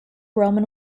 roman